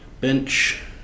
bench